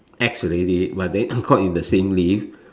ex already but then caught in the same lift